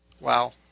Wow